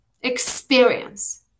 Experience